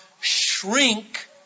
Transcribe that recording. shrink